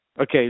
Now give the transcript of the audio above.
Okay